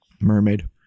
mermaid